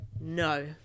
No